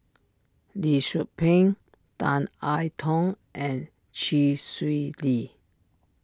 Lee Tzu Pheng Tan I Tong and Chee Swee Lee